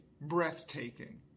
breathtaking